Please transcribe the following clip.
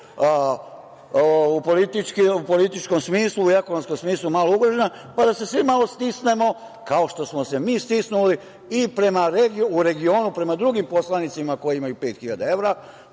u političkom smislu, u ekonomskom smislu, malo ugrožena, pa da se svi malo stisnemo, kao što smo se mi stisnuli u regionu prema drugim poslanicima koji imaju pet